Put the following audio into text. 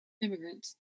immigrants